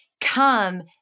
Come